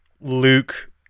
Luke